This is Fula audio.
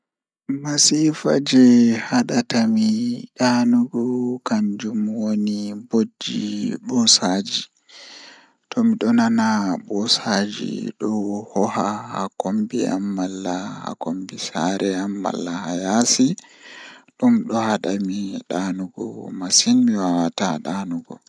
Masiifa jei haɗata mi ɗaanugo kanjum woni bojji ɓoosaaji Miɗo yidi jooɗii e kaɗo, kono miɗo ngoodi jooɗi e rufii nguurndam ɓe. Yimɓe ngal, moƴƴi njangde nde njula e baabaaji, ɗiɗo miɗo wayli. Ko ɗum waɗi miɗo heɓugol hulnude e kaɗo.